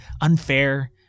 unfair